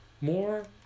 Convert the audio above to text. more